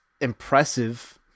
impressive